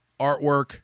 artwork